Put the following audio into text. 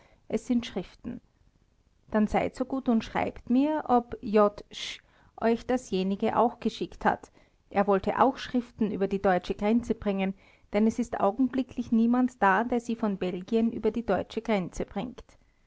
es sind schriften dann seid so gut und schreibt mir ob j sch euch dasjenige auch geschickt hat er wollte auch schriften über die deutsche grenze bringen denn es ist augenblicklich niemand da der sie von belgien über die deutsche grenze bringt